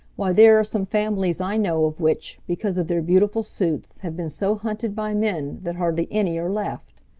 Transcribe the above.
why, there are some families i know of which, because of their beautiful suits, have been so hunted by men that hardly any are left.